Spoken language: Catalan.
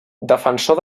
defensor